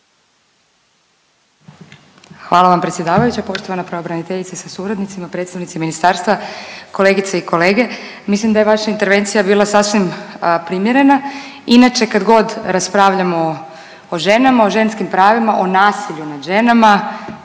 Hvala vam predsjedavajuća. Poštovana pravobraniteljice sa suradnicima, predstavnici ministarstva, kolegice i kolege. Mislim da je vaša intervencija bila sasvim primjerena. Inače kad god raspravljamo o ženama, o ženskim pravima, o nasilju nad ženama